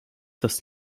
das